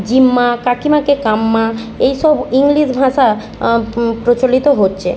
জিম্মা কাকিমাকে কাম্মা এই সব ইংলিশ ভাষা প্রচলিত হচ্ছে